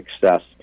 success